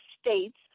states